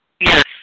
Yes